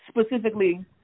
specifically